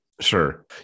Sure